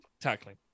tackling